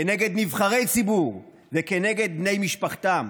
כנגד נבחרי ציבור וכנגד בני משפחתם.